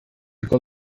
col